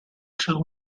through